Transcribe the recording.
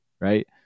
right